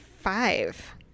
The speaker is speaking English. Five